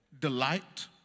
delight